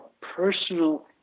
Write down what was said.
personal